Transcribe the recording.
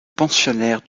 pensionnaire